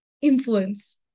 influence